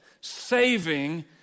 saving